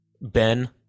Ben